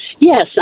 Yes